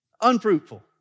unfruitful